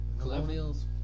Colonials